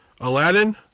Aladdin